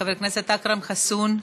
חבר הכנסת אכרם חסון,